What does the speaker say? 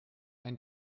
ein